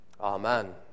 amen